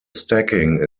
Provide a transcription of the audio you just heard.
stacking